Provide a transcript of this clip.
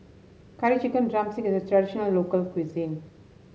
Curry Chicken drumstick is a traditional local cuisine